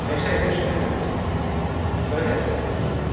wij zijn dus gered gered